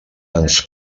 ens